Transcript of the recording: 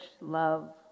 love